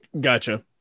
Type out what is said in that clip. Gotcha